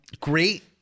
Great